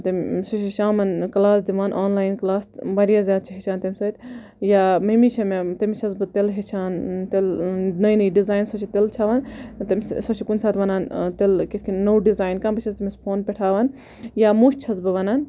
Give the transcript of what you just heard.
تہٕ سُہ چھُ شامَن کلاس دِوان آن لاین کلاس واریاہ زیاد چھ ہیٚچھان تمہِ سۭتۍ یا ممی چھِ مےٚ تٔمِس چھَس بہٕ تِلہٕ ہیٚچھان تِلہٕ نٔے نٔے ڈِزاین سُہ چھِ تِلہٕ چھاوان تٔمِس سۄ چھِ کُنہِ ساتہٕ وَنان تِلہٕ کِتھ کنۍ نوٚو ڈِزاین کانٛہہ بہٕ چھَس تٔمِس فونہ پیٚٹھ ہاوان یا موٚژھ چھَس بہٕ وونان